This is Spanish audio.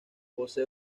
posee